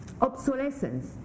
obsolescence